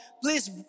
please